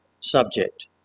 subject